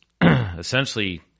essentially